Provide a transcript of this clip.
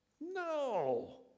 No